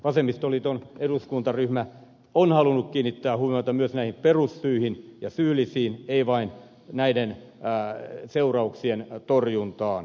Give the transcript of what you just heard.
vasemmistoliiton eduskuntaryhmä on halunnut kiinnittää huomiota myös näihin perussyihin ja syyllisiin ei vain näiden seurauksien torjuntaan